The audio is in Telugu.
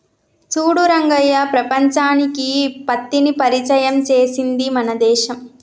చూడు రంగయ్య ప్రపంచానికి పత్తిని పరిచయం చేసింది మన దేశం